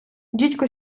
дідько